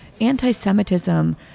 anti-Semitism